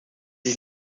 ist